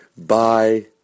Bye